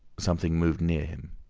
something moved near him.